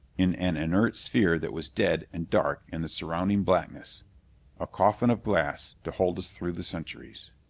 in an inert sphere that was dead and dark in the surrounding blackness a coffin of glass to hold us through the centuries.